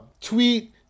tweet